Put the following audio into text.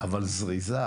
אבל זריזה,